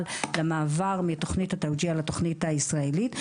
למעבר מתכנית התאוג'יהי לתכנית הישראלית.